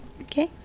okay